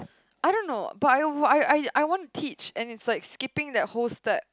I don't know but I will I I I want to teach and it's like skipping that whole step